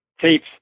tapes